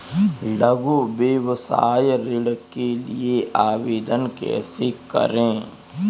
लघु व्यवसाय ऋण के लिए आवेदन कैसे करें?